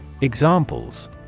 Examples